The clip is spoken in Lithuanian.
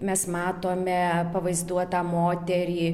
mes matome pavaizduotą moterį